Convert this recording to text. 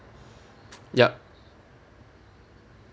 ya